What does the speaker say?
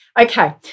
Okay